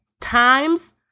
times